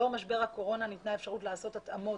לאור משבר הקורונה ניתנה אפשרות לעשות התאמות